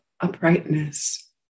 uprightness